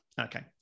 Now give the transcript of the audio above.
Okay